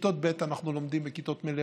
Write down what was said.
בכיתות ב' אנחנו לומדים בכיתות מלאות,